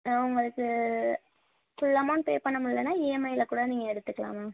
உங்களுக்கு full amount pay பண்ண முடில்லனா இஎம்ஐயில் கூட நீங்கள் எடுத்துக்கலாம் மேம்